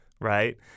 right